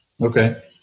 Okay